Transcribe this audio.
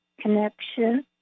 connection